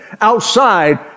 outside